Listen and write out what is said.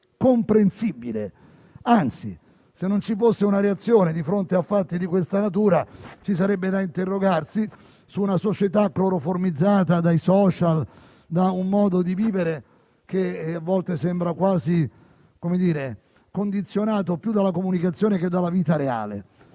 comprensibile; anzi, se non ci fosse una reazione di fronte a fatti di questa natura, ci sarebbe da interrogarsi su una società cloroformizzata dai *social*, da un modo di vivere che a volte sembra condizionato quasi più dalla comunicazione che dalla vita reale.